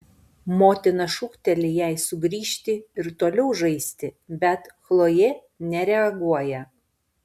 motina šūkteli jai sugrįžti ir toliau žaisti bet chlojė nereaguoja